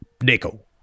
nickel